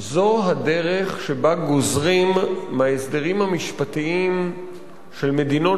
זו הדרך שבה גוזרים מההסדרים המשפטיים של מדינות